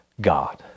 God